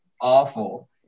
awful